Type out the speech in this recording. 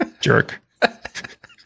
Jerk